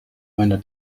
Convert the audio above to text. meiner